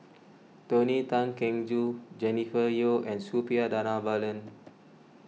Tony Tan Keng Joo Jennifer Yeo and Suppiah Dhanabalan